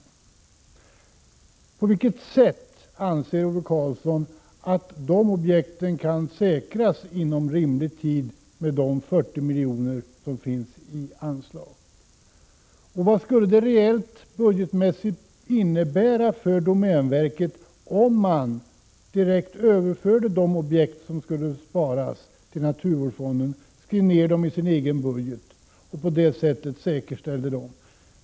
Men på vilket sätt kan de objekten, Ove Karlsson, säkras inom en rimlig tid med hjälp av de 40 miljoner som finns anslagna? Och vad skulle det reellt, budgetmässigt, innebära för domänverket, om man direkt överförde de objekt som skall sparas till naturvårdsfonden — genom en nedskrivning av budgeten — och på det sättet säkerställde dem?